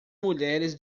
mulheres